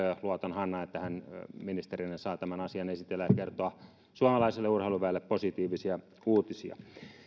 luotan hannaan että hän ministerinä saa tämän asian esitellä ja kertoa suomalaiselle urheiluväelle positiivisia uutisia